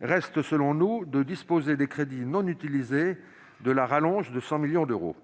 reste selon nous de disposer des crédits non utilisés de cette rallonge de 100 millions d'euros.